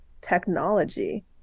technology